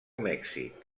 mèxic